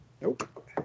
nope